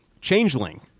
Changeling